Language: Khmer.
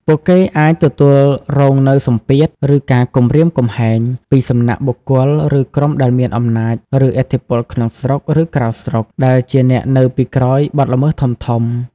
ពួកគេអាចទទួលរងនូវ សម្ពាធ ឬការគំរាមកំហែង ពីសំណាក់បុគ្គល ឬក្រុមដែលមានអំណាច ឬឥទ្ធិពលក្នុងស្រុក ឬក្រៅស្រុក ដែលជាអ្នកនៅពីក្រោយបទល្មើសធំៗ។